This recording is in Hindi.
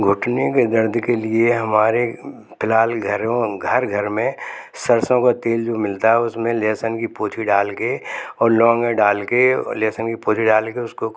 घुटने के दर्द के लिए हमारे फिलहाल घरों घर घर में सरसों का तेल जो मिलता है उसमें लहसुन की पोथी डाल के और लौंग डाल के लहसुन की पोथी डाल के उसको